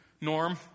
Norm